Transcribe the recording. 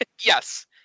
Yes